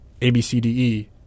ABCDE